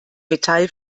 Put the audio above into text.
metall